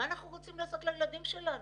מה אנחנו רוצים לעשות לילדים שלנו?